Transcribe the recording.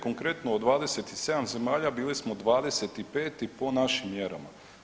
Konkretno od 27 zemalja bili smo 25 po našim mjerama.